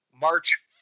march